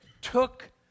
took